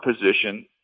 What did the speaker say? position